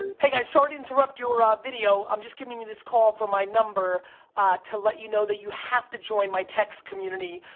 hey guys, sorry to interrupt your ah video. i'm just giving you this call from my number to let you know that you have to join my text community.